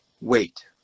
Wait